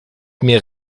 mir